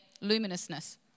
luminousness